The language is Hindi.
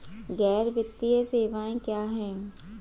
गैर वित्तीय सेवाएं क्या हैं?